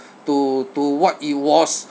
to to what it was